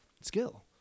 skill